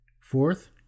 Fourth